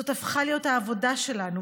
זאת הפכה להיות העבודה שלנו,